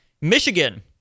Michigan